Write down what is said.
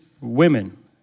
women